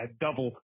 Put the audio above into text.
double